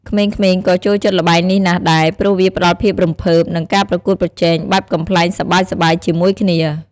ក្មេងៗក៏ចូលចិត្តល្បែងនេះណាស់ដែរ ព្រោះវាផ្តល់ភាពរំភើប និងការប្រកួតប្រជែងបែបកំប្លែងសប្បាយៗជាមួយគ្នា។